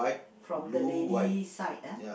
from the lady side ah